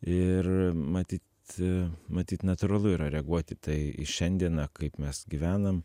ir matyt matyt natūralu yra reaguoti tai į šiandieną kaip mes gyvenam